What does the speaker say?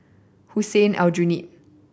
Hussein Aljunied